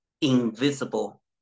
invisible